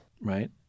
right